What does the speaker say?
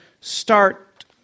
start